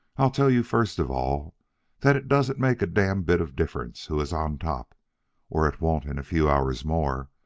i'll tell you first of all that it doesn't make a damn bit of difference who is on top or it won't in a few hours more.